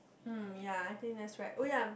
mm ya I think that's right oh ya